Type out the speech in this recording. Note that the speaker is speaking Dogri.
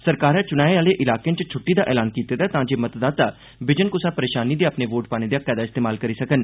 सरकारै च्नाएं आहले इलाकें च छ्ट्टी दा ऐलान कीते दा ऐ तांजे मतदाता बिजन क्सा परेशानी दे अपने वोट पाने दे हक्कै दा इस्तेमाल करी सकन